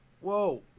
whoa